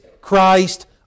Christ